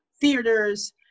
theaters